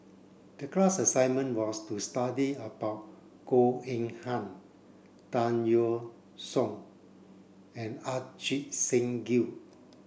the class assignment was to study about Goh Eng Han Tan Yeok Seong and Ajit Singh Gill